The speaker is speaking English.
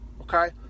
okay